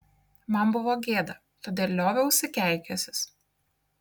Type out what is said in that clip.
man buvo gėda todėl lioviausi keikęsis